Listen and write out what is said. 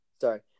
Sorry